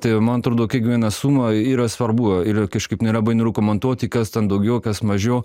tai man atrodo kiekviena suma yra svarbu ir kažkaip nerabai noriu komentuoti kas ten daugiau kas mažiau